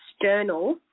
external